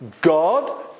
God